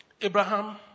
Abraham